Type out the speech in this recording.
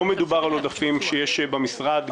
לא מדובר על עודפים שיש במשרד.